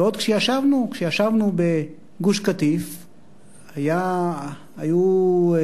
בעוד שכשישבנו בגוש-קטיף היו,